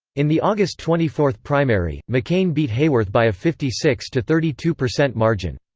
in the august twenty four primary, mccain beat hayworth by a fifty six to thirty two percent margin.